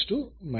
म्हणून